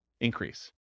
increase